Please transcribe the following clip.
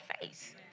face